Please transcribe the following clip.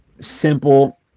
simple